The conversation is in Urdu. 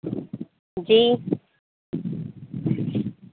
جی